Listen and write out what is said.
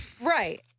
Right